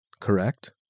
correct